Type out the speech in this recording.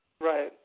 Right